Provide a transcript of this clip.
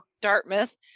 dartmouth